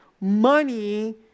money